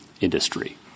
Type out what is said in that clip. industry